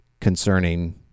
concerning